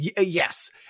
Yes